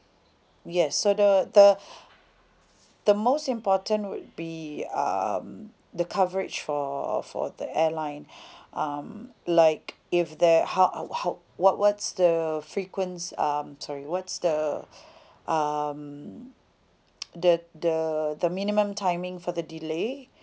yes so the the the most important would be um the coverage for for the airline um like if there how how what what's the frequenc~ um sorry what's the um the the the minimum timing for the delay